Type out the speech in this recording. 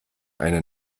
eine